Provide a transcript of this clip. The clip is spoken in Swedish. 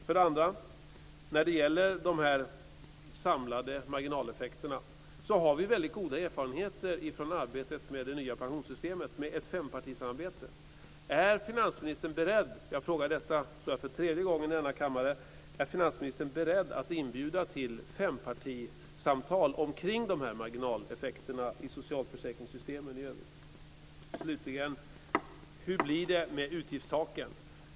Från arbetet med det nya pensionssystemet har vi väldigt goda erfarenheter av ett fempartisamarbete. Jag frågar nu för tredje gången i denna kammare: Är finansministern beredd att inbjuda till fempartisamtal kring de samlade marginaleffekterna i socialförsäkringssystemen? Slutligen undrar jag hur det blir med utgiftstaken.